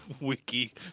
wiki